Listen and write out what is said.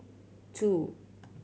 two